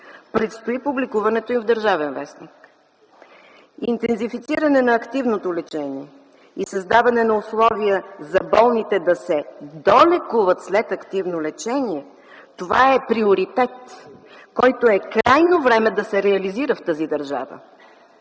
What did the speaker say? Предстои публикуването им в „Държавен вестник”. Интензифициране на активното лечение и създаване на условия за болните да се долекуват след активно лечение – това е приоритет, който е крайно време да се реализира в тази държава.